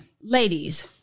Ladies